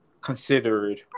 considered